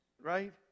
right